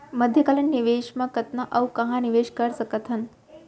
मध्यकालीन निवेश म कतना अऊ कहाँ निवेश कर सकत हन?